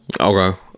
Okay